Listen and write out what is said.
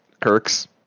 kirk's